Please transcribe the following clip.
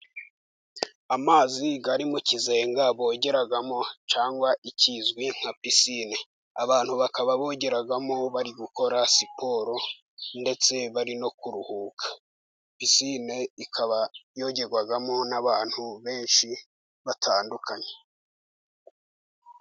Amazi ari mu kizenga bogeramo cyangwa ikizwi nka pisine. Abantu bakaba bogeramo bari gukora siporo, ndetse bari no kuruhuka, pisine ikaba yogerwamo n'abantu benshi batandukanye.